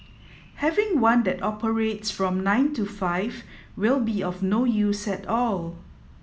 having one that operates from nine to five will be of no use at all